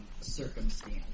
circumstance